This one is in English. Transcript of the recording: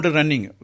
running